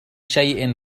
شيء